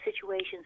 situations